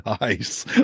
Nice